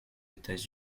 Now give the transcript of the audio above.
états